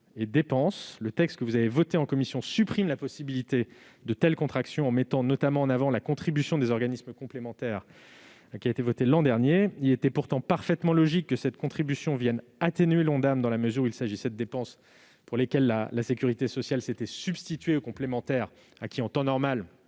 des dépenses. Le texte issu des travaux de la commission supprime la possibilité de telles contractions, en mettant notamment en avant la contribution des organismes complémentaires qui a été votée l'an dernier. Il était pourtant parfaitement logique que cette contribution vienne atténuer l'Ondam, dans la mesure où il s'agissait de dépenses pour lesquelles la sécurité sociale s'était substituée aux complémentaires, qui, en temps normal,